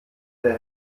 der